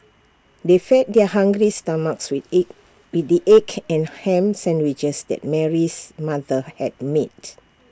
they fed their hungry stomachs with egg with the egg and Ham Sandwiches that Mary's mother had made